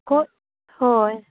ᱦᱳᱭ